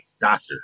Doctor